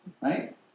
right